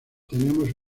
tenemos